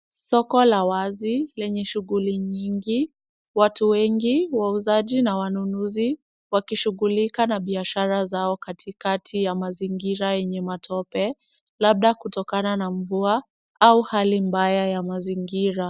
Soko la wazi lenye shughuli nyingi. Watu wengi wauzaji na wanunuzi wakishughulika na biashara zao katikati ya mazingira yenye matope, labda kutokana na mvua au hali mbaya ya mazingira.